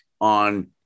on